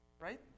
right